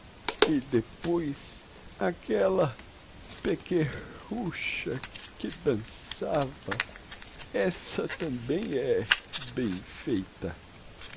e depois aquella pequer rucha que dansava essa tambem é bem feita